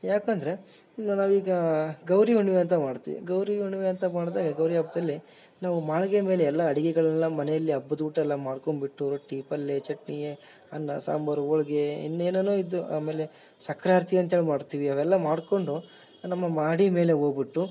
ಯಾಕಂದರೆ ಈಗ ನಾವು ಈಗ ಗೌರಿ ಹುಣ್ಣಿಮೆ ಅಂತ ಮಾಡ್ತೀವಿ ಗೌರಿ ಹುಣ್ಣಿಮೆ ಅಂತ ಮಾಡಿದೆ ಗೌರಿ ಹಬ್ಬದಲ್ಲಿ ನಾವು ಮಾಳಿಗೆ ಮೇಲೆ ಎಲ್ಲ ಅಡುಗೆಗಳೆಲ್ಲ ಮನೇಲಿ ಹಬ್ಬದ ಊಟ ಎಲ್ಲ ಮಾಡ್ಕೊಂಬಿಟ್ಟು ರೊಟ್ಟಿ ಪಲ್ಲೆ ಚಟ್ನಿ ಅನ್ನ ಸಾಂಬಾರು ಹೋಳ್ಗೆ ಇನ್ನೇನೇನೊ ಇದು ಆಮೇಲೆ ಸಕ್ಕರೆ ಆರತಿ ಅಂತೇಳಿ ಮಾಡ್ತೀವಿ ಅವೆಲ್ಲ ಮಾಡಿಕೊಂಡು ನಮ್ಮ ಮಾಡಿ ಮೇಲೆ ಹೋಗ್ಬುಟ್ಟು